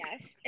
yes